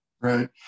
right